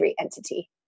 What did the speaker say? entity